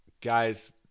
guys